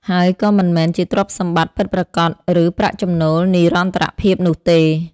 ហើយក៏មិនមែនជាទ្រព្យសម្បត្តិពិតប្រាកដ ឬប្រាក់ចំណូលនិរន្តរភាពនោះទេ។